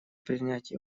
принять